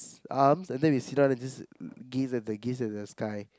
arms and then we sit down and just gaze at the gaze at the sky